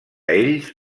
ells